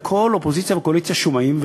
וכל האופוזיציה והקואליציה שומעים,